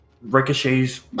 ricochets